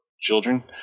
children